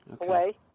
away